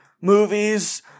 movies